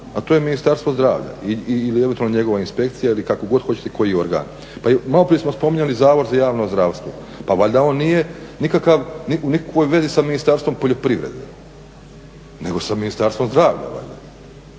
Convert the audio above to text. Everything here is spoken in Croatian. a to je Ministarstvo zdravlja ili eventualno njegova inspekcija ili kako god hoćete koji organ. Pa i malo prije smo spominjali Zavod za javno zdravstvo, pa valjda on nije nikakav, u nikakvoj vezi sa Ministarstvom poljoprivrede nego sa Ministarstvom zdravlja